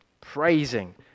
praising